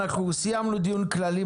אנחנו סיימנו דיון כללי,